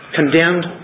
condemned